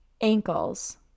Ankles